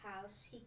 house